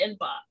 inbox